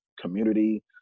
community